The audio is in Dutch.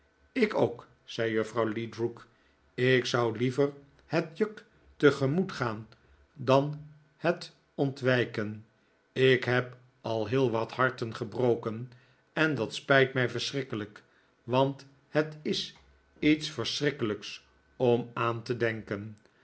ik ook zei juffrouw ledrook ik zou liever het juk tegemoet gaan dan het ontwijken ik heb al heel wat harten gebroken en dat spijt mij verschrikkelijk want het is iets vreeselijks om er aan te denken